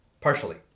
Partially